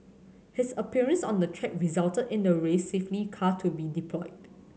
his appearance on the track resulted in the race safety car to be deployed